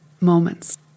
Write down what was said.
moments